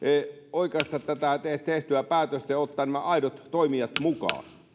oikaista tätä tehtyä päätöstä ja ottaa nämä aidot toimijat mukaan